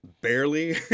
barely